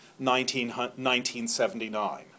1979